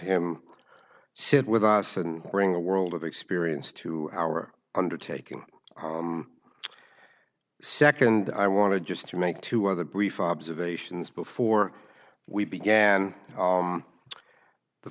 him sit with us and bring a world of experience to our undertaking second i want to just to make two other brief observations before we began